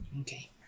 Okay